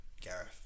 Gareth